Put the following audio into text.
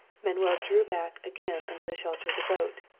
manuel drew back again under the shelter of the boat.